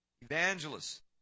evangelists